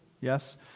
yes